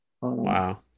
Wow